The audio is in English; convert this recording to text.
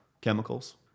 chemicals